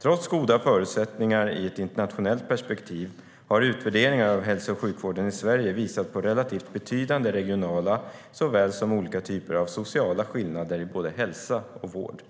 Trots goda förutsättningar i ett internationellt perspektiv har utvärderingar av hälso och sjukvården i Sverige visat på relativt betydande regionala såväl som olika typer av sociala skillnader i både hälsa och vård.